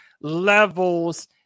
Levels